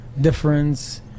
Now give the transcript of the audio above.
difference